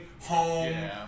home